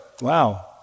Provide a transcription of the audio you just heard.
Wow